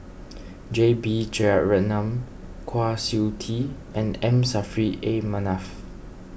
J B Jeyaretnam Kwa Siew Tee and M Saffri A Manaf